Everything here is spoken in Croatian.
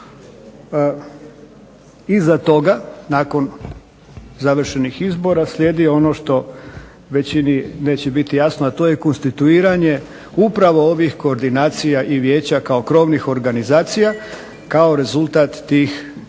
Iza toga nakon završenih izbora slijedi ono što većini neće biti jasno, a to je konstituiranje upravo ovih koordinacija i vijeća kao krovnih organizacija kao rezultat tih izbora